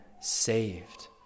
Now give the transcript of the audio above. saved